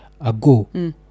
ago